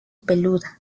peluda